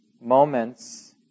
moments